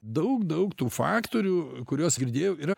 daug daug tų faktorių kuriuos girdėjau yra